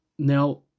Now